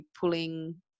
pulling